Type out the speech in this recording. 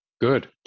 good